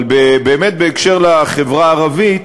אבל בקשר לחברה הערבית